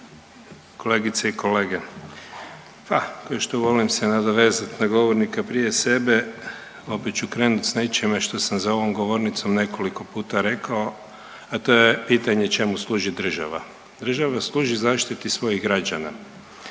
kolegice i kolege. Pa kao što volim se nadovezat na govornika prije sebe, opet ću krenut s nečime što sam za ovom govornicom nekoliko puta rekao, a to je pitanje čemu služi država? Država služi zaštiti svojih građana.